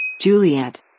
Juliet